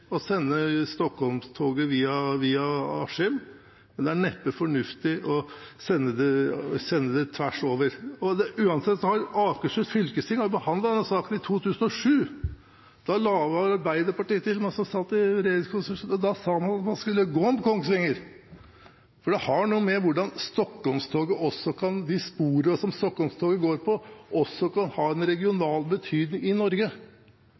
å sende Stockholms-toget via Askim, men det er neppe fornuftig å sende det tvers over. Og Akershus fylkesting har jo behandlet denne saken, i 2007 – da var det til og med Arbeiderpartiet som satt i regjering – og da sa man at man skulle gå om Kongsvinger, for det har noe å gjøre med hvordan de sporene som Stockholms-toget går på, også kan ha en regional betydning i Norge.